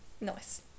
Nice